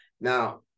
Now